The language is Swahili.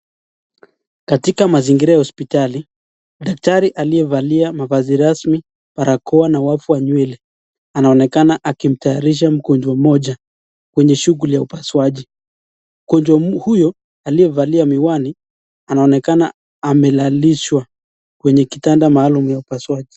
Katika mazingira ya hospitali , daktari aliyevalia mavazi rasmi , barakoa na wavu wa nywele, anaonekana akimtayarisha mgonjwa mmoja kwenye shughuli ya upasuaji , mgonjwa huyu aliyevalia miwani anaonekana amelalishwa kwenye kitanda maalum ya upasuaji.